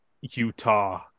Utah